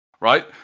right